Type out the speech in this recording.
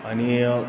आणि